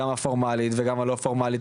גם הפורמלית וגם הלא פורמלית.